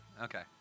Okay